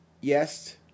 Yes